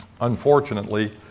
unfortunately